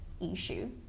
issue